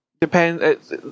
Depends